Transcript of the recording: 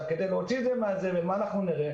כדי להוציא את זה מהזבל מה נראה?